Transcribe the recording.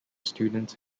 students